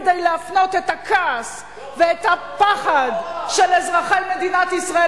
כדי להפנות את הכעס ואת הפחד של אזרחי מדינת ישראל